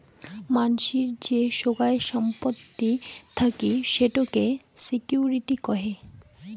মানসির যে সোগায় সম্পত্তি থাকি সেটোকে সিকিউরিটি কহে